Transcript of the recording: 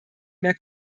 mehr